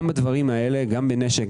גם בדברים האלה בנשק,